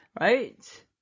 Right